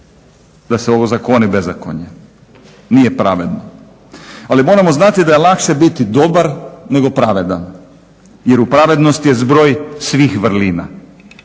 da se ozakoni bezakonje? Nije pravedno. Ali moramo znati da je lakše biti dobar nego pravedan, jer u pravednosti je zbroj svih vrlina.